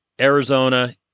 Arizona